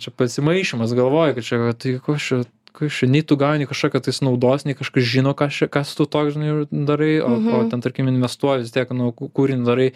čia pasimaišymas galvoji kad čia tai kas čia kas čia nei tu gauni kažkokią tais naudos nei kažkas žino ką aš čia kas tu toks žinai darai o tau ten tarkim investuoji vis tiek na kūrinį darai